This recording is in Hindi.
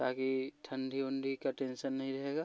ताकि ठंडी वडी का टेंसन नहीं रहेगा